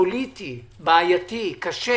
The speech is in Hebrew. פוליטי בעייתי קשה.